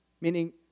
Meaning